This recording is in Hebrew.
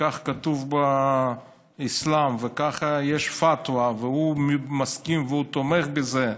וכך כתוב באסלאם וככה יש פתווה והוא מסכים והוא תומך בזה,